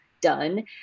done